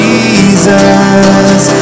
Jesus